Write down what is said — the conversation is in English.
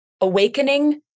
awakening